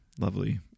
lovely